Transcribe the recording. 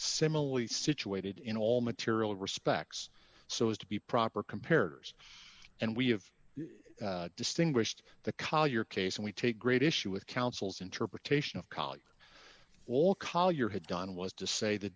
similarly situated in all material respects so as to be proper compared and we have distinguished the collier case and we take great issue with counsel's interpretation of colleague all collier had done was to say the